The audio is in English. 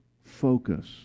focus